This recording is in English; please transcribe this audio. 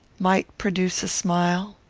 might produce a smile.